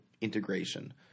integration